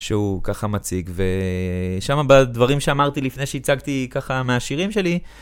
שהוא ככה מציג, ושם בדברים שאמרתי לפני שהצגתי ככה מהשירים שלי.